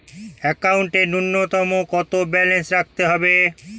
একাউন্টে নূন্যতম কত ব্যালেন্স রাখতে হবে?